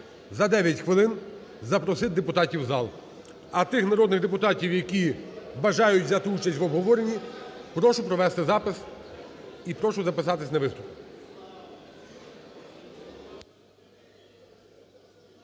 за 9 хвилин запросити депутатів у зал. А тих народних депутатів, які бажають взяти участь у обговоренні, прошу провести запис і прошу записатись на виступ.